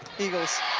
eagles